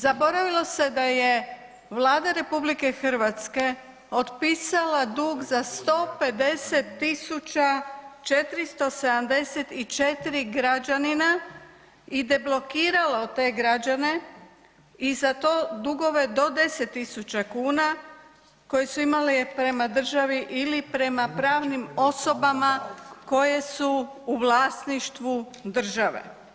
Zaboravilo se da je Vlada RH otpisala dug za 150.474 građanina i deblokirala te građane i za to dugove do 10.000 kuna koji su imali prema državi ili prema pravnim osobama koje su u vlasništvu države.